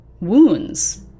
wounds